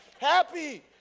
happy